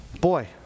boy